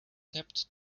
taped